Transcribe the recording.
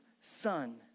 son